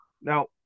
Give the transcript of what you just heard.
now